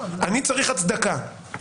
אני צריך הצדקה,